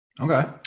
Okay